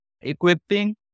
equipping